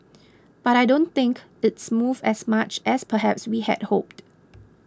but I don't think it's moved as much as perhaps we had hoped